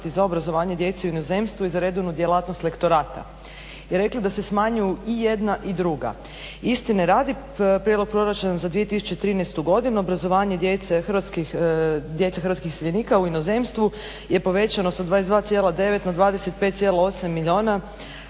za obrazovanje djece u inozemstvu i za redovnu djelatnost lektorata i rekli da se smanjuju i jedna i druga. Istine radi, prijedlog proračuna za 2013.godinu obrazovanje djece hrvatskih iseljenika u inozemstvu je povećano sa 22,9 na 25,8 milijuna